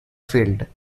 field